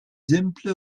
simple